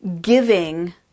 giving